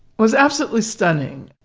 was absolutely stunning.